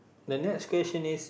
the next question is